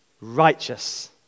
righteous